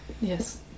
Yes